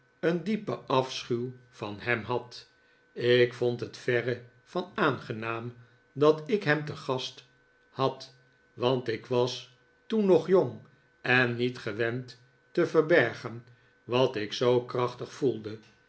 een diepen afschuw van hem had ik vond het verre van aangenaam dat ik hem te gast had want ik was toen nog jong en niet gewend te vefbergen wat ik zoo krachtig voelde